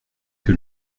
que